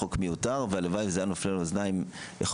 שהחוק מיותר והלוואי שזה היה נופל על אוזניים קשובות,